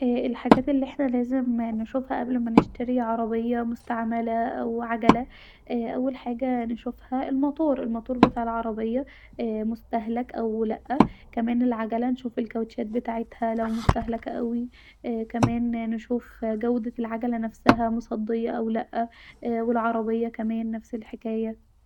الحاجات الي احنا لازم نشوفها قبل ما تشتري عربيه أو عجله مستعمله اول حاجه نشوفها الماتور الماتور بتاع العربيه ااا مستهلك أو لا كمان العجله نشوف الكوتشات بتاعتها لو مستهلكه اوي كمان نشوف جوده العجله نفسها مصديه أو لا والعربيه كمان نفس الحكايه